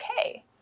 Okay